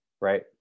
right